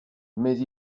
mais